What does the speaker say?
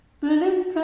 Berlin